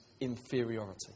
inferiority